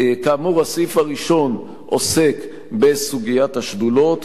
כאמור, הסעיף הראשון עוסק בסוגיית השדולות,